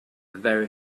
very